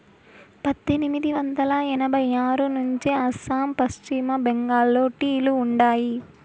పద్దెనిమిది వందల ఎనభై ఆరు నుంచే అస్సాం, పశ్చిమ బెంగాల్లో టీ లు ఉండాయి